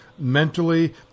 mentally